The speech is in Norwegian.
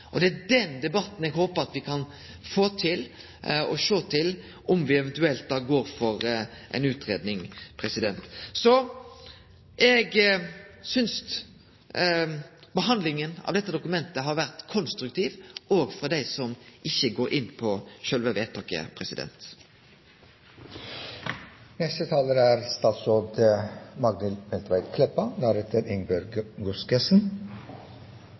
og det er den debatten eg håpar at me kan få til, og så sjå om me eventuelt da går for ei utgreiing. Eg synest behandlinga av dette dokumentet har vore konstruktivt òg for dei som ikkje går inn for sjølve vedtaket. Eg trur at ei samanslåing kunne ha positiv effekt på fleire område. Det er